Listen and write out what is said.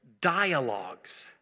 dialogues